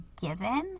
given